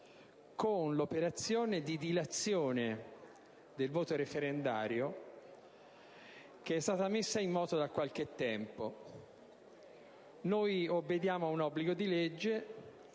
con l'operazione di dilazione del voto referendario che è stata messa in moto da qualche tempo. Noi obbediamo a un obbligo di legge